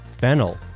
fennel